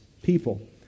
People